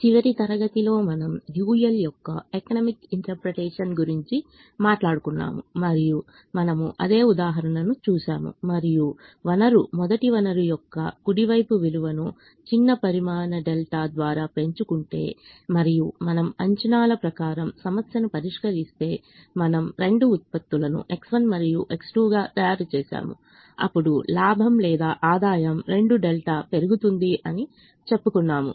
చివరి తరగతిలో మనము డ్యూయల్ యొక్క ఎకనామిక్ ఇంటర్ప్రిటేషన్ను గురించి మాట్లాడుకున్నాము మరియు మనము అదే ఉదాహరణను చూశాము మరియు వనరు మొదటి వనరు యొక్క కుడి వైపు విలువను చిన్న పరిమాణ డెల్టా ద్వారా పెంచుకుంటే మరియు మనము అంచనాల ప్రకారం సమస్యను పరిష్కరిస్తే మనము 2 ఉత్పత్తులను X1 మరియు X2 గా తయారు చేసాము అప్పుడు లాభం లేదా ఆదాయం 2𝛿 పెరుగుతుంది అని చెప్పుకున్నాము